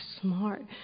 smart